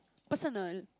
personal